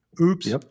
Oops